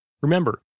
Remember